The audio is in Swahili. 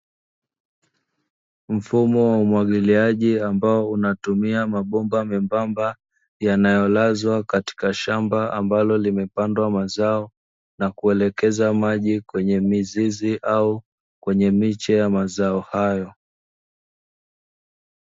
Mfumo wa umwagiliaji ambao unatumia mabomba membamba, yanayo lazwa katika shamba ambalo limepandwa mazao na kuelekeza maji kwenye mizizi au kwenye miche ya mazao hayo.